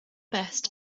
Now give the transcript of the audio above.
best